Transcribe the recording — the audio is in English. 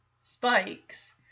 spikes